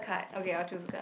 okay I'll choose the card